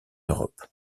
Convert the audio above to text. europe